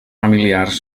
familiars